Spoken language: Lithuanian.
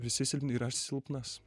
visi silpni ir aš silpnas